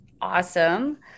awesome